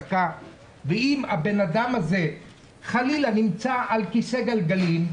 ואם האדם הזה חלילה נמצא על כיסא גלגלים,